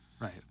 Right